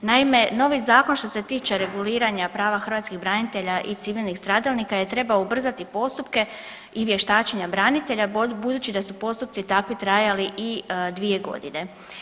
Naime, novi zakon što se tiče reguliranja prava hrvatskih branitelja i civilnih stradalnika je trebao ubrzati postupke i vještačenja branitelja budući da su postupci takvi trajali i 2.g.